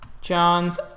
Johns